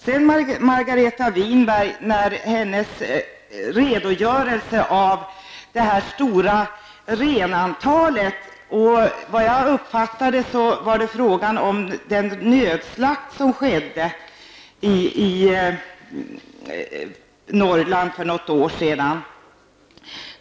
När Margareta Winberg redogjorde för det stora antalet renar, uppfattade jag att det var fråga om den nödslakt som skedde i Norrland för något år sedan.